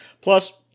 Plus